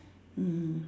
mm